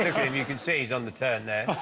and game you can seize on the turn there